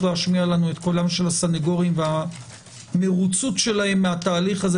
להישמע לנו את קולם של הסנגורים והמרוצות שלהם מהתהליך הזה,